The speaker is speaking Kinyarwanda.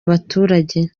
abaturage